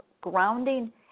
grounding